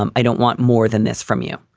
um i don't want more than this from you.